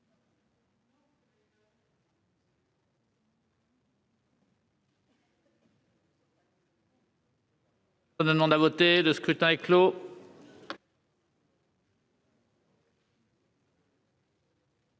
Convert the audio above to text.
Le scrutin est clos.